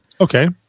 Okay